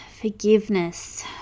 forgiveness